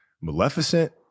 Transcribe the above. Maleficent